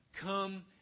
Come